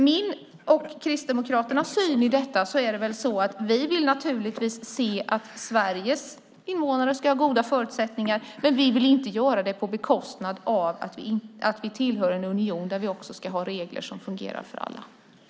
Min och Kristdemokraternas syn i detta är att vi naturligtvis vill att Sveriges invånare ska ha goda förutsättningar, men vi vill inte göra det på bekostnad av de regler som ska fungera för alla i unionen.